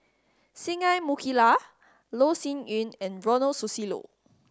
Singai Mukilan Loh Sin Yun and Ronald Susilo